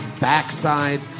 backside